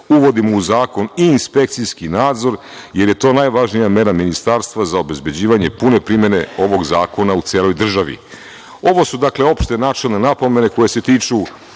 uvodimo u zakon i inspekcijski nadzor, jer je to najvažnija mera Ministarstva za obezbeđivanje pune primene ovog zakona u celoj državi. Ovo su, dakle, opšte načelne napomene, koje se tiču